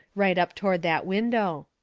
right up toward that window.